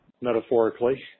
metaphorically